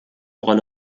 rolle